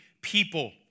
people